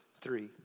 three